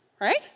right